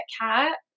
cat